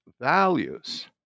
values